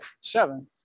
seven